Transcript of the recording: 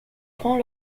prend